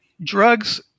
drugs